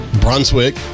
Brunswick